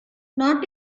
not